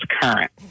current